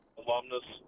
alumnus